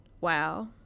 Wow